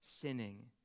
sinning